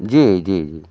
جی جی جی